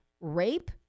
rape